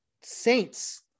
Saints